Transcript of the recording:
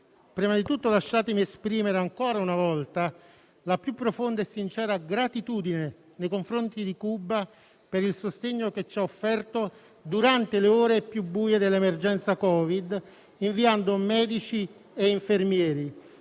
prima di tutto lasciatemi esprimere ancora una volta la più profonda e sincera gratitudine nei confronti di Cuba per il sostegno che ci ha offerto durante le ore più buie dell'emergenza Covid, inviando medici e infermieri.